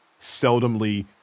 seldomly